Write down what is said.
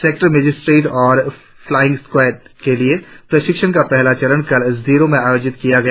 sector magistrate और flying squad के लिए प्रशिक्षण का पहला चरण कल जीरो में आयोजित किया गया